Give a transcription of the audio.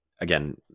again